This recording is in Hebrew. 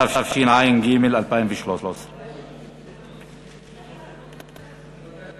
התשע"ג 2013. יש לך